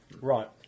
Right